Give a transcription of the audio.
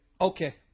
Okay